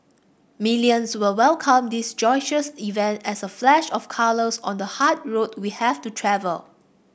millions will welcome this joyous event as a flash of colours on the hard road we have to travel